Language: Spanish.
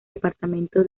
departamento